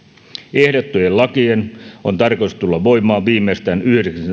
ehdotettujen lakien on tarkoitus tulla voimaan viimeistään yhdeksäntenä